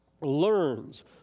learns